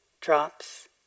drops